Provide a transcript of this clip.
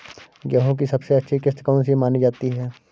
गेहूँ की सबसे अच्छी किश्त कौन सी मानी जाती है?